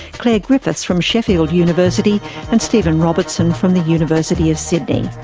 clare griffiths from sheffield university and stephen robertson from the university of sydney.